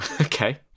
Okay